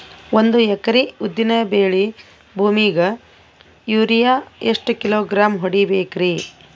ಒಂದ್ ಎಕರಿ ಉದ್ದಿನ ಬೇಳಿ ಭೂಮಿಗ ಯೋರಿಯ ಎಷ್ಟ ಕಿಲೋಗ್ರಾಂ ಹೊಡೀಬೇಕ್ರಿ?